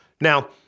Now